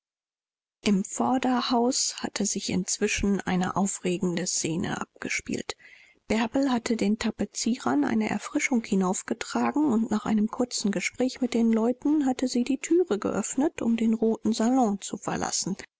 im vorderhause hatte sich inzwischen eine aufregende szene abgespielt bärbe hatte den tapezieren eine erfrischung hinaufgetragen und nach einem kurzen gespräch mit den leuten hatte sie die thüre geöffnet um den roten salon zu verlassen